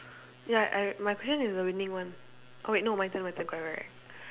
ya I my question is the winning one oh wait no my turn my turn correct correct